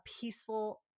peaceful